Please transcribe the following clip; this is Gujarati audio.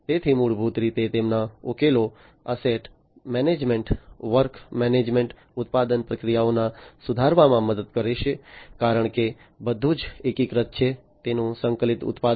તેથી મૂળભૂત રીતે તેમના ઉકેલો એસેટ મેનેજમેન્ટ વર્ક મેનેજમેન્ટ ઉત્પાદન પ્રક્રિયાઓને સુધારવામાં મદદ કરશે કારણ કે બધું એકીકૃત છે તેનું સંકલિત ઉત્પાદન